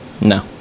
no